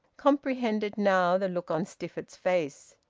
comprehended now the look on stifford's face.